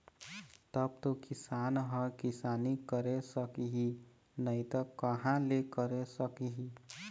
तब तो किसान ह किसानी करे सकही नइ त कहाँ ले करे सकही